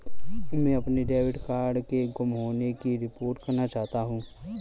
मैं अपने debit card के गुम होने की रिपोर्ट करना चाहता हूँ